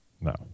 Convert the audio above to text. No